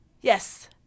Yes